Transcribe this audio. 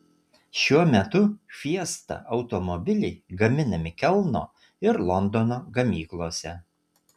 šiuo metu fiesta automobiliai gaminami kelno ir londono gamyklose